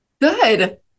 Good